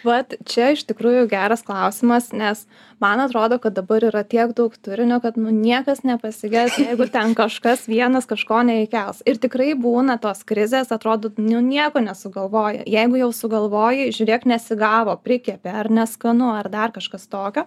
vat čia iš tikrųjų geras klausimas nes man atrodo kad dabar yra tiek daug turinio kad nu niekas nepasiges jeigu ten kažkas vienas kažko neįkels ir tikrai būna tos krizės atrodo nu nieko nesugalvoji jeigu jau sugalvojai žiūrėk nesigavo prikepė ar neskanu ar dar kažkas tokio